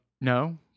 No